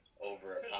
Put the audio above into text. over